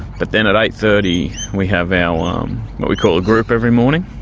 but then at eight. thirty we have and um what we call a group every morning.